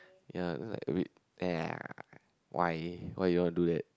ya then like a bit !ee! why why you wanna do that